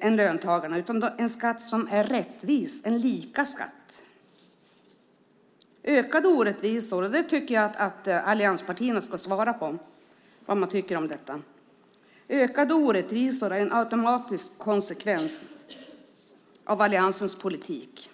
än löntagarna utan en skatt som är rättvis - en lika skatt. Ökade orättvisor är en automatisk konsekvens av alliansens politik.